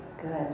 good